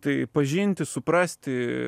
tai pažinti suprasti